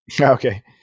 Okay